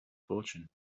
fortune